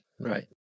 right